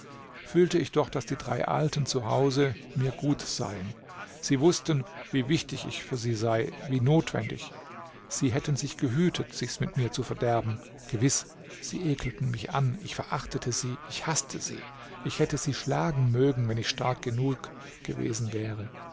fühlte ich doch daß die drei alten zu hause mir gut seien sie wußten wie wichtig ich für sie sei wie notwendig sie hätten sich gehütet sich's mit mir zu verderben gewiß sie ekelten mich an ich verachtete sie ich haßte sie ich hätte sie schlagen mögen wenn ich stark genug gewesen wäre